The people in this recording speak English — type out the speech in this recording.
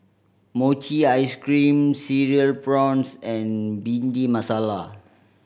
mochi ice cream Cereal Prawns and Bhindi Masala